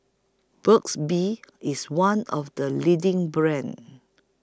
Burt's Bee IS one of The leading brands